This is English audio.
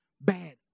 bad